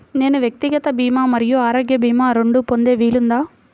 నేను వ్యక్తిగత భీమా మరియు ఆరోగ్య భీమా రెండు పొందే వీలుందా?